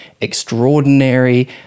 extraordinary